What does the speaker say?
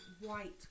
white